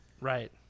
Right